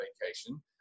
vacation